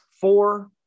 four